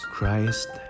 Christ